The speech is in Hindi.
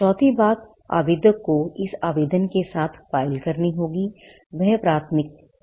चौथी बात आवेदक को इस आवेदन के साथ फाइल करनी होगीवह प्राथमिकता दस्तावेज है